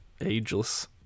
Ageless